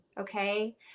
okay